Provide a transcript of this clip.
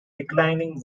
declining